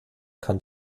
kann